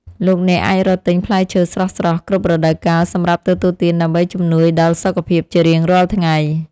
លោកអ្នកអាចរកទិញផ្លែឈើស្រស់ៗគ្រប់រដូវកាលសម្រាប់ទទួលទានដើម្បីជំនួយដល់សុខភាពជារៀងរាល់ថ្ងៃ។